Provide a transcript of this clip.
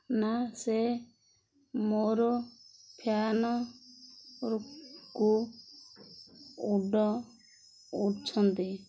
ନା ସେ ମୋର ଫ୍ୟାନକୁ ଉଡ଼ଉଛନ୍ତି